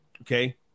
Okay